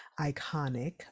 iconic